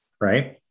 right